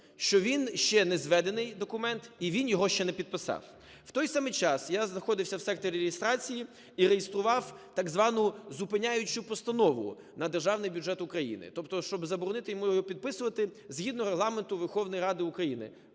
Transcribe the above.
що він ще не зведений документ і він його ще не підписав. В той самий час я знаходився в секторі реєстрації і реєстрував так звану "зупиняючу постанову" на Державний бюджет України, тобто щоб заборонити йому його підписувати згідно Регламенту Верховної Ради України.